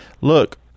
look